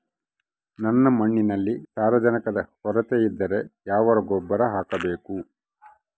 ನನ್ನ ಮಣ್ಣಿನಲ್ಲಿ ಸಾರಜನಕದ ಕೊರತೆ ಇದ್ದರೆ ಯಾವ ಗೊಬ್ಬರ ಹಾಕಬೇಕು?